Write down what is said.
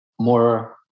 more